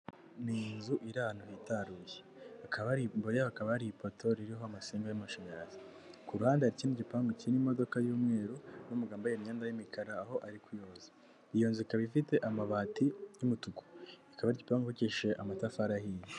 Ni inzu iri ahantu hitaruye, imbere yaho hakaba hari ipoto iriho amasinga y'amashanyarazi, ku ruhande hari ikindi gipangu kirimo imodoka y'umweru, n'umugabo wambaye imyenda y'imikara akaba ari kuyoza, iyo nzu ikaba ifite amabati y'umutuku ikaba n'igipangu cyubakishije amatafari ahiye.